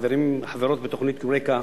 חברים וחברות בתוכנית "יוריקה",